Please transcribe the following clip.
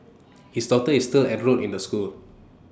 his daughter is still enrolled in the school